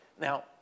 Now